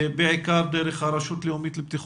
בעיקר דרך הרלב"ד.